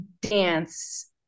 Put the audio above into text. dance